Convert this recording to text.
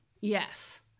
Yes